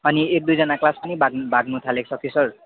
अनि एक दुईजना क्लास पनि भाग भाग्नु थालेको छ कि सर